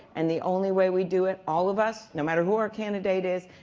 and the only way we do it, all of us no matter who our candidate is,